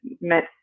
met